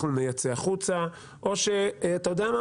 אנחנו נייצא החוצה, או שאתה יודע מה?